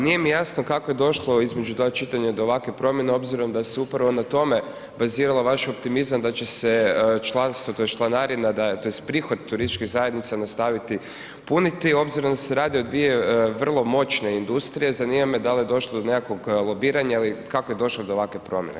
Nije mi jasno kako je došlo između dva čitanja do ovakve promjene obzirom da se upravo na tome bazirao vaš optimizam da će se članstvo, tj. članarina tj. prihod turističkim zajednicama se nastaviti puniti obzirom da se radi o dvije moćne industrije, zanima me da li je došlo do nekakvog lobiranja ili kako je došlo do ovakve promjene.